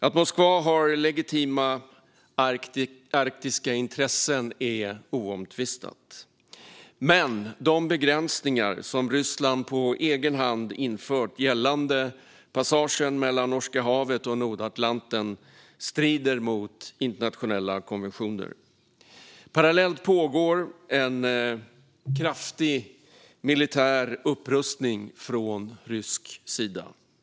Att Moskva har legitima arktiska intressen är oomtvistat, men de begränsningar som Ryssland på egen hand infört gällande passagen mellan Norska havet och Nordatlanten strider mot internationella konventioner. Parallellt pågår en kraftig militär upprustning från rysk sida.